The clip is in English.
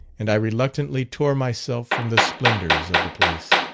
and i reluctantly tore myself from the splendours of the place.